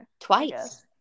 twice